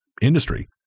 industry